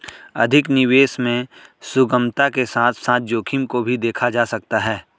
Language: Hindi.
अधिक निवेश में सुगमता के साथ साथ जोखिम को भी देखा जा सकता है